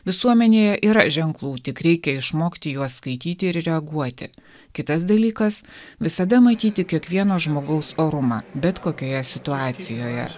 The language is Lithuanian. visuomenėje yra ženklų tik reikia išmokti juos skaityti ir reaguoti kitas dalykas visada matyti kiekvieno žmogaus orumą bet kokioje situacijoje